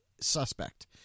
suspect